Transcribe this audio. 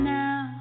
now